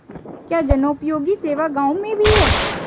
क्या जनोपयोगी सेवा गाँव में भी है?